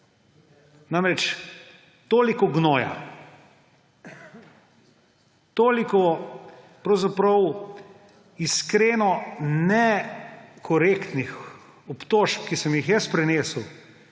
Namreč, toliko gnoja, toliko pravzaprav iskreno nekorektnih obtožb, ki sem jih jaz prenesel